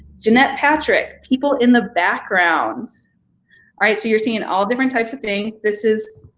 jeanette patrick, people in the background. all right, so you're seeing all different types of things. this is